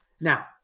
Now